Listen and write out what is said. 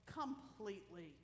completely